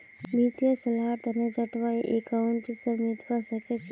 वित्तीय सलाहर तने चार्टर्ड अकाउंटेंट स मिलवा सखे छि